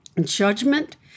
Judgment